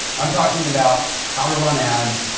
i'm talking about how to run ads,